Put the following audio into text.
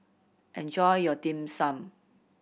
enjoy your Dim Sum